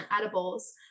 edibles